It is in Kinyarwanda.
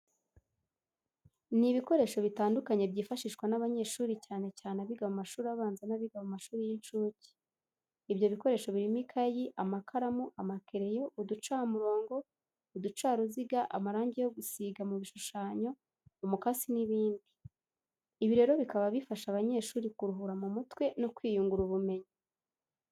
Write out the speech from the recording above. Ni ibikoresho bitandukanye byifashishwa n'abanyeshuri cyane cyane abiga mu mashuri abanza n'abiga mu mashuri y'incuke. Ibyo bikoresho birimo ikayi, amakaramu, amakereyo, uducamurongo, uducaruziga, amarange yo gusiga mu bishushanyo, umukasi n'ibindi. Ibi rero bikaba bifasha abanyeshuri kuruhura mu mutwe no kwiyungura ubumenyi.